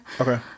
Okay